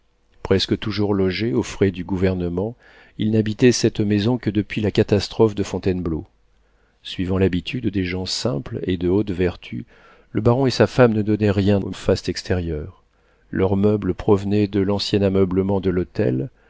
presque toujours logé aux frais du gouvernement il n'habitait cette maison que depuis la catastrophe de fontainebleau suivant l'habitude des gens simples et de haute vertu le baron et sa femme ne donnaient rien au faste extérieur leurs meubles provenaient de l'ancien ameublement de l'hôtel